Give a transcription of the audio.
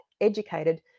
educated